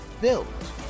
Built